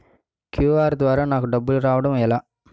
QR ద్వారా నాకు డబ్బులు రావడం ఎలా?